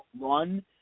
run